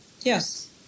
Yes